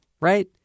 right